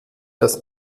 das